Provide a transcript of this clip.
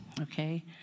okay